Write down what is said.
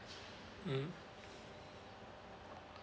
mm